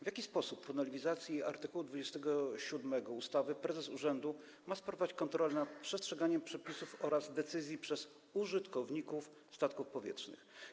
W jaki sposób po nowelizacji art. 27 ustawy prezes urzędu ma sprawować kontrolę nad przestrzeganiem przepisów oraz decyzji przez użytkowników statków powietrznych?